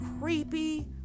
creepy